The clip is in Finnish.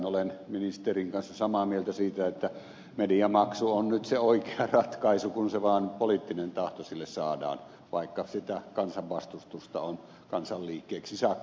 olen ministerin kanssa samaa mieltä siitä että mediamaksu on nyt se oikea ratkaisu kun vaan poliittinen tahto sille saadaan vaikka sitä kansan vastustusta on kansanliikkeeksi saakka